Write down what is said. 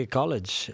college